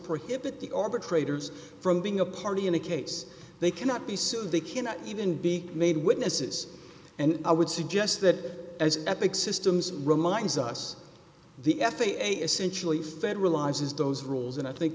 prohibit the arbitrator's from being a party in a case they cannot be sued they cannot even be made witnesses and i would suggest that as epic systems reminds us the f a a essentially federalizes those rules and i think